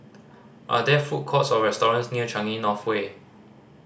are there food courts or restaurants near Changi North Way